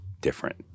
different